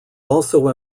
also